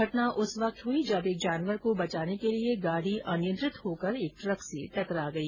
घटना उस वक्त हुई जब एक जानवर को बचाने के लिए गाड़ी अनियंत्रित होकर एक ट्रक से टकरा गई